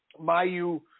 Mayu